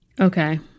Okay